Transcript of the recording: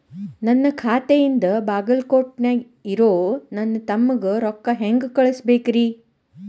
ನನ್ನ ಖಾತೆಯಿಂದ ಬಾಗಲ್ಕೋಟ್ ನ್ಯಾಗ್ ಇರೋ ನನ್ನ ತಮ್ಮಗ ರೊಕ್ಕ ಹೆಂಗ್ ಕಳಸಬೇಕ್ರಿ?